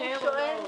הוא שואל?